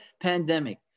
pandemic